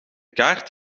kaart